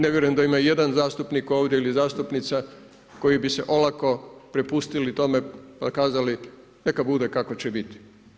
Ne vjerujem da ima i jedan zastupnik ovdje ili zastupnica koji bi se olako prepustili tome pa kazali, neka bude kako će biti.